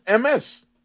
MS